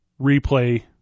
replay